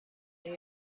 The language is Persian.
این